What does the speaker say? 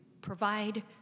provide